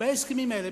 בהסכמים האלה?